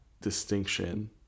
distinction